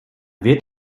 wird